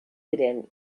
ziren